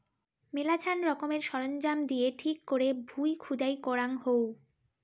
মেলাছান রকমের সরঞ্জাম দিয়ে ঠিক করে ভুঁই খুদাই করাঙ হউ